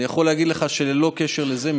אני יכול להגיד לך שללא קשר לזה,